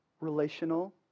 relational